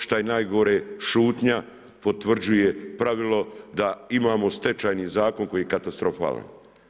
Šta je najgore, šutanja potvrđuje pravilo, da imamo stečajni zakon koji je katastrofalan.